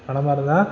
பணமாக இருந்தால்